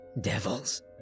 Devils